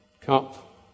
cup